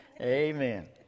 Amen